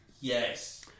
Yes